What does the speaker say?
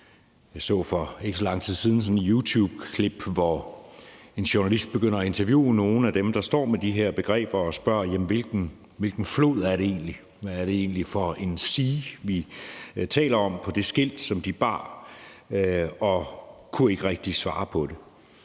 Jeg så for ikke så lang tid siden sådan et youtubeklip, hvor en journalist begynder at interviewe nogle af dem, der står med skilte med de her begreber, og spørger: Hvilken flod er det egentlig? Hvad er det egentlig for et »sea«, vi taler om på det skilt? Og de kunne ikke rigtig svare på det.